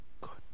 God